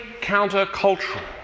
counter-cultural